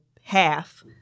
half